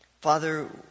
Father